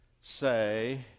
say